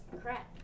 crap